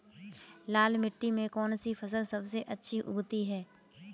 लाल मिट्टी में कौन सी फसल सबसे अच्छी उगती है?